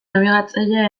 nabigatzailea